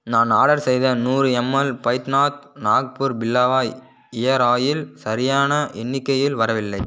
நான் ஆர்டர் செய்த நூறு எம்எல் பைத்நாத் நாக்பூர் பில்லாவாய் இயர் ஆயில் சரியான எண்ணிக்கையில் வரவில்லை